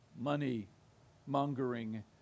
money-mongering